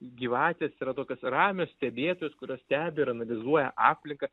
gyvatės yra tokios ramios stebėtojos kurios stebi ir analizuoja aplinką